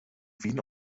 wien